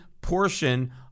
portion